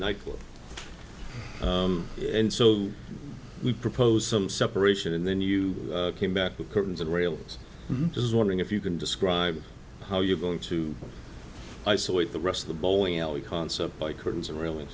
nightclub and so we propose some separation and then you came back with curtains and rails is wondering if you can describe how you're going to isolate the rest of the bowling alley concept by curtains